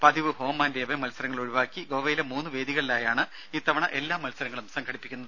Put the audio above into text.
പതിവ് home and away മൽസരങ്ങൾ ഒഴിവാക്കി ഗോവയിലെ മൂന്ന് വേദികളിലായാണ് ഇത്തവണ എല്ലാ മൽസരങ്ങളും സംഘടിപ്പിക്കുന്നത്